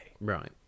Right